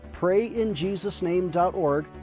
prayinjesusname.org